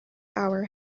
our